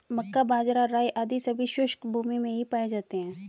मक्का, बाजरा, राई आदि सभी शुष्क भूमी में ही पाए जाते हैं